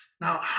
now